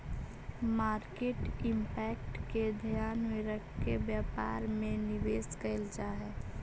market impact के ध्यान में रखके व्यापार में निवेश कैल जा हई